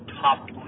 top